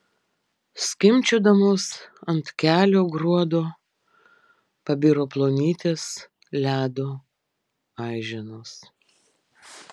skimbčiodamos ant kelio gruodo pabiro plonytės ledo aiženos